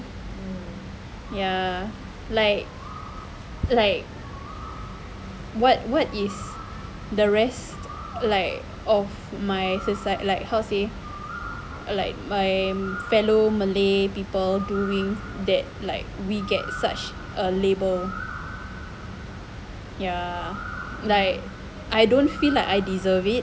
ya like like what what is the rest like of my society like how to say like by fellow malay people doing that like we get such a label ya like I don't feel like I deserve it